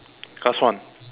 last one